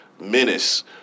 menace